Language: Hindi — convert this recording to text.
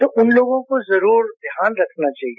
तो उन लोगों को जरूर ध्यान रखना चाहिए